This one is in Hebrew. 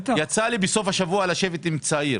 יצא לי בסוף השבוע לשבת עם צעיר